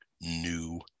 new